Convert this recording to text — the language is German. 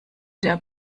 der